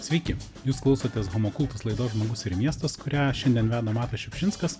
sveiki jūs klausotės homo kultus laidos žmogus ir miestas kurią šiandien veda matas šiupšinskas